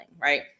right